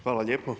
Hvala lijepo.